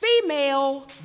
female